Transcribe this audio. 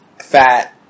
fat